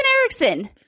Erickson